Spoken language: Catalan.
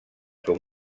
com